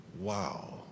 Wow